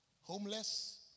homeless